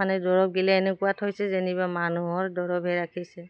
মানে দৰৱ গিলে এনেকুৱা থৈছে যেনিবা মানুহৰ দৰৱহে ৰাখিছে